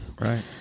right